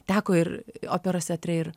teko ir operos teatre ir